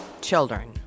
children